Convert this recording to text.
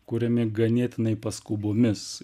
kuriami ganėtinai paskubomis